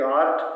art